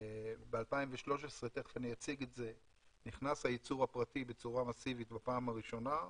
ב-2013 נכנס הייצור הפרטי בצורה מסיבית בפעם הראשונה.